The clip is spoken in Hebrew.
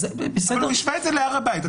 אבל הוא השווה את זה להר הבית.